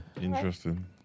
Interesting